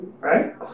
right